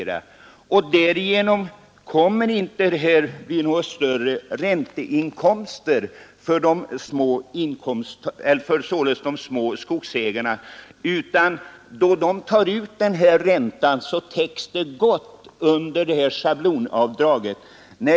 På det sättet blir det inte några större ränteinkomster för de små skogsägarna, utan den ränta de kan få när skogskontot upphör täcks gott och väl av schablonavdraget.